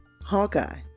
Hawkeye